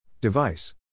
Device